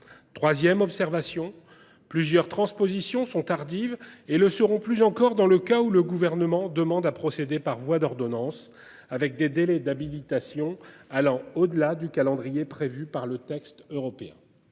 3ème observation plusieurs transpositions sont tardives et le seront plus encore dans le cas où le gouvernement demande à procéder par voie d'ordonnance avec des délais d'habilitation allant au-delà du calendrier prévu par le texte européen.